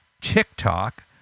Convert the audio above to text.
TikTok